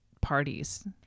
parties